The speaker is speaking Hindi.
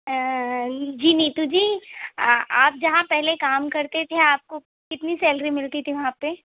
जी नीतू जी आप जहाँ पहले काम करते थे आपको कितनी सैलरी मिलती थी वहाँ पे